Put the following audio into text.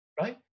right